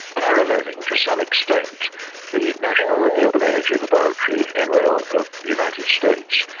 paralleling to some extent the national renewable energy laboratory, and nrel, of the united states,